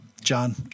John